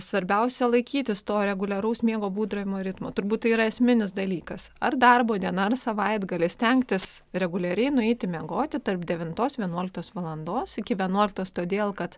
svarbiausia laikytis to reguliaraus miego būdravimo ritmo turbūt tai yra esminis dalykas ar darbo diena ar savaitgalis stengtis reguliariai nueiti miegoti tarp devintos vienuoliktos valandos iki vienuoliktos todėl kad